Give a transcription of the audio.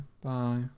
bye